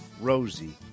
Rosie